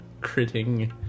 critting